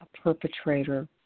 perpetrator